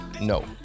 no